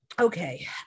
Okay